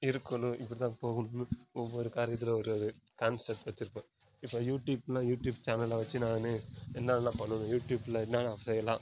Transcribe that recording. இருக்கணும் இப்படி தான் போகணுன்னு ஒவ்வொரு காரியத்தில் ஒரு ஒரு கான்செப்ட் வச்சுருப்பேன் இப்போ யூடியூப்ன்னால் யூடியூப் சேனலை வச்சு நான் என்னனெல்லாம் பண்ணணும் யூடியூபில் என்னென்ன செய்யலாம் எல்லாம்